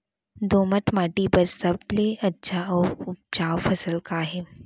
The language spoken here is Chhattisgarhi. दोमट माटी बर सबले अच्छा अऊ उपजाऊ फसल का हे?